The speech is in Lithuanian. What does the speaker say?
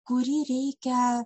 kurį reikia